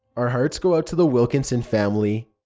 our hearts go out to the wilkinson family.